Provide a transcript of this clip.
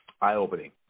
eye-opening